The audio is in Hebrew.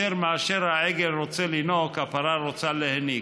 יותר מאשר העגל רוצה לינוק, הפרה רוצה להיניק.